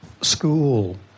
school